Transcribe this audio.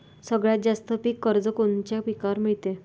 सगळ्यात जास्त पीक कर्ज कोनच्या पिकावर मिळते?